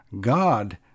God